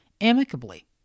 amicably